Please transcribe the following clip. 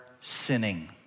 sinning